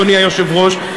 אדוני היושב-ראש,